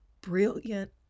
brilliant